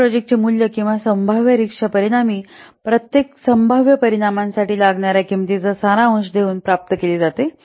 यानंतर प्रोजेक्टचे मूल्य किंवा संभाव्य रिस्कच्या परिणामी प्रत्येक संभाव्य परिणामासाठी लागणाऱ्या किंमतीचा सारांश देऊन प्राप्त केले जाते